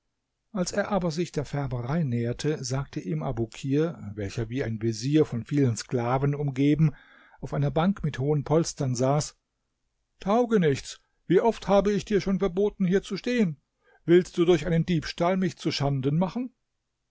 als er aber sich der färberei näherte sagte ihm abukir welcher wie ein vezier von vielen sklaven umgeben auf einer bank mit hohen polstern saß taugenichts wie oft habe ich dir schon verboten hier zu stehen willst du durch einen diebstahl mich zuschanden machen